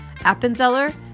Appenzeller